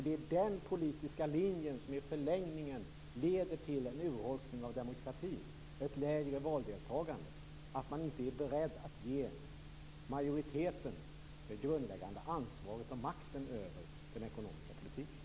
Det är den politiska linjen som i förlängningen leder till en urholkning av demokratin med ett lägre valdeltagande; att man inte är beredd att ge majoriteten det grundläggande ansvaret och makten över den ekonomiska politiken.